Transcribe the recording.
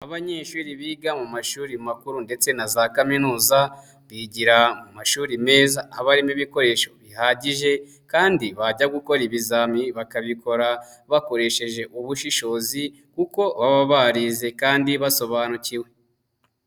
Abanyeshuri biga mu mashuri makuru ndetse na za kaminuza bigira mu mashuri meza aba armo ibikoresho bihagije, kandi bajya gukora ibizami bakabikora bakoresheje ubushishozi, kuko baba barize kandi basobanukiwe.